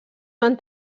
van